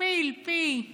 נכפיל פי חמישה,